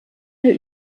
der